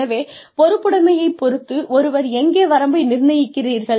எனவே பொறுப்புடைமையைப் பொறுத்து ஒருவர் எங்கே வரம்பை நிர்ணயிக்கிறீர்கள்